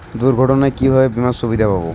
দুর্ঘটনায় কিভাবে বিমার সুবিধা পাব?